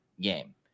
game